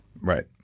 Right